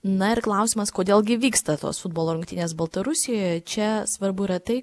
na ir klausimas kodėl gi vyksta tos futbolo rungtynės baltarusijoje čia svarbu yra tai